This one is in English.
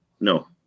No